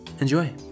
Enjoy